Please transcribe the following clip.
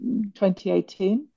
2018